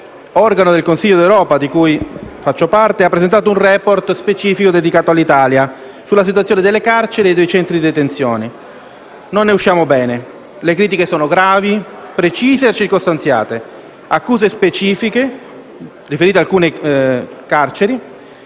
organo del Consiglio d'Europa, di cui faccio parte, ha presentato un *report* specifico dedicato all'Italia, sulla situazione delle carceri e dei centri di detenzione. Non ne usciamo bene. Le critiche sono gravi, precise e circostanziate, con accuse specifiche riferite ad alcune carceri.